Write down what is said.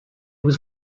was